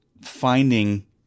finding